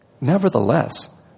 nevertheless